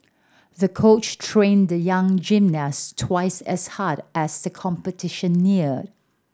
the coach trained the young gymnast twice as hard as the competition neared